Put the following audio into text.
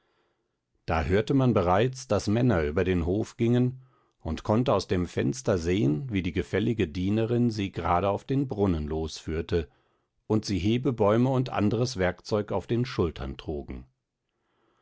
da hörte man bereits daß männer über den hof gingen und konnte aus dem fenster sehn wie die gefällige dienerin sie grade auf den brunnen losführte und sie hebebäume und andres werkzeug auf den schultern trugen